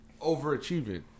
overachieving